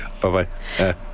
Bye-bye